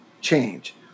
change